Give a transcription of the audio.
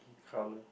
colour